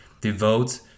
devote